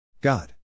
God